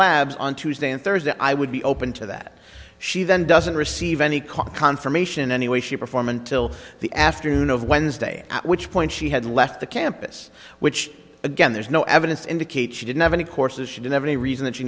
labs on tuesday and thursday i would be open to that she then doesn't receive any call confirmation any way shape or form until the afternoon of wednesday at which point she had left the campus which again there's no evidence to indicate she didn't have any courses she didn't have any reason that